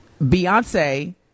Beyonce